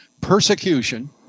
persecution